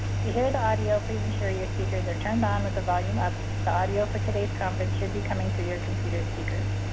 to hear the audio, please ensure that your speakers are turned on with the volume up, the audio for today's conference should be coming through your computer speakers.